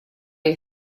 you